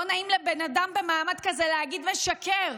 לא נעים לבן אדם במעמד כזה להגיד "משקר",